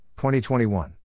2021